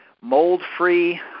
mold-free